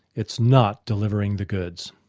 it's not delivering the goods.